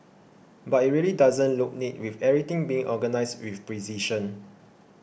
but it really doesn't look neat with everything being organised with precision